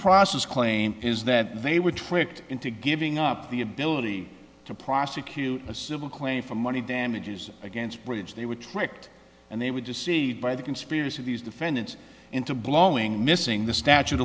process claim is that they were tricked into giving up the ability to prosecute a civil claim for money damages against bridge they were tricked and they would just see by the conspiracy of these defendants into blowing missing the statute